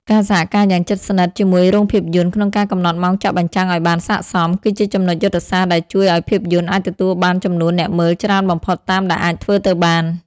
ការសហការយ៉ាងជិតស្និទ្ធជាមួយរោងភាពយន្តក្នុងការកំណត់ម៉ោងចាក់បញ្ចាំងឱ្យបានស័ក្តិសម គឺជាចំណុចយុទ្ធសាស្ត្រដែលជួយឱ្យភាពយន្តអាចទទួលបានចំនួនអ្នកមើលច្រើនបំផុតតាមដែលអាចធ្វើទៅបាន។